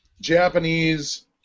Japanese